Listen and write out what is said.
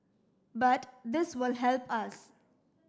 but this will help us